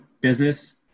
business